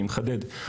אני מחדד,